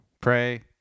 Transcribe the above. pray